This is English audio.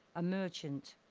a merchant,